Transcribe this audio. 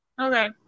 Okay